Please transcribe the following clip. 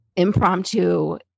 impromptu